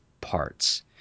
parts